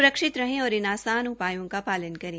स्रक्षित रहें और इन आसान उपायों का पालन करें